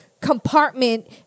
compartment